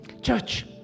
Church